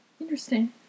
Interesting